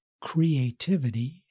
creativity